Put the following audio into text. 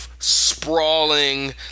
sprawling